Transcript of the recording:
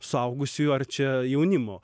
suaugusiųjų ar čia jaunimo